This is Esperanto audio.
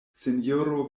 sinjoro